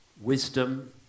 wisdom